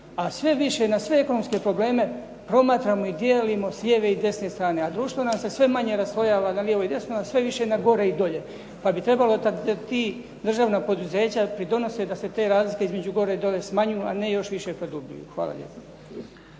a sve više na sve ekonomske probleme promatramo i dijelimo s lijeve i desne strane, a društvo nam se sve manje raslojava na lijevo i desno, a sve više na gore i dolje. Pa bi trebalo da ta državna poduzeća pridonose da se te razlike između gore i dolje smanjuju, a ne još više produbljuju. Hvala lijepo.